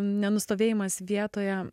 nenustovėjimas vietoje